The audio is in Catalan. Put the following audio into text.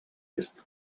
est